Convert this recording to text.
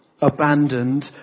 abandoned